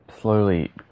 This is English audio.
slowly